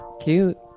Cute